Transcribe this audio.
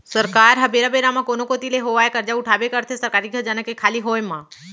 सरकार ह बेरा बेरा म कोनो कोती ले होवय करजा उठाबे करथे सरकारी खजाना के खाली होय म